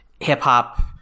hip-hop